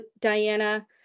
Diana